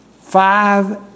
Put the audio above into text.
Five